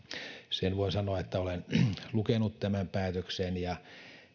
sen voin sanoa että olen lukenut tämän päätöksen ja